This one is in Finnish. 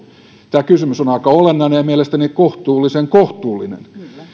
tämä kysymys on aika olennainen ja mielestäni kohtuullisen kohtuullinen